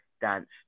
dance